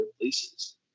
places